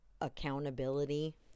accountability